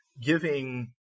giving